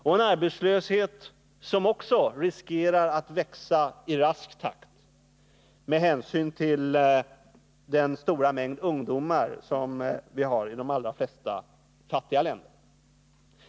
Och det finns också risk för att den arbetslösheten kommer att växa i rask takt, med hänsyn till den stora mängd ungdomar som finns i de allra flesta fattiga länder.